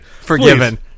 Forgiven